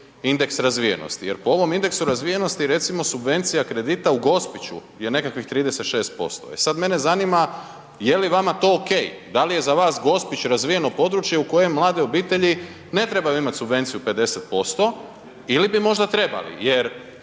indeks razvijenosti? Jer po ovom indeksu razvijenosti recimo subvencija kredita u Gospiću je nekakvih 36%. E sad mene zanima je li vama to OK? Da li je za vas Gospić razvijeno područje u kojem mlade obitelji ne trebaju imati subvenciju 50% ili bi možda trebali?